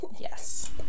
yes